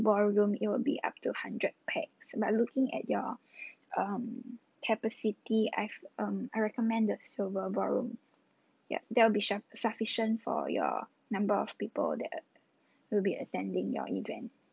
ballroom it will be up to hundred pax by looking at your um capacity I've um I recommend the silver ballroom yup that will be suff~ sufficient for your number of people that uh will be attending your event